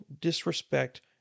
disrespect